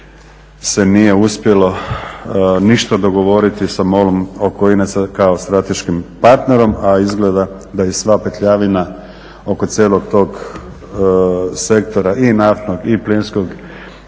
se nije uspjelo ništa dogovoriti sa MOL-om oko INA-e kao strateškim partnerom, a izgleda da i sva petljavina oko cijelog tog sektora i naftnog i plinskog